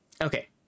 Okay